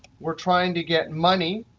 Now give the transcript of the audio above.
we're trying to get money,